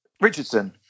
Richardson